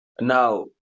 Now